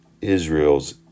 Israel's